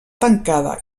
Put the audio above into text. tancada